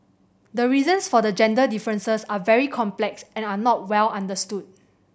the reasons for the gender differences are very complex and are not well understood